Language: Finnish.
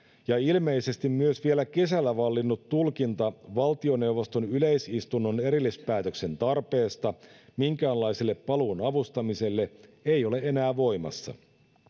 ja ilmeisesti myös vielä kesällä vallinnut tulkinta valtioneuvoston yleisistunnon erillispäätöksen tarpeesta minkäänlaiselle paluun avustamiselle ei ole enää voimassa